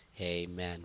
amen